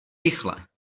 rychle